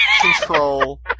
control